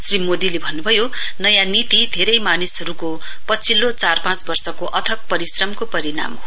श्री मोदीले भन्नुभयो नयाँ नीति धेरै मानिसहरुको पछिल्लो चार पाँच वर्षको अथक परिश्रमको परिणाम हो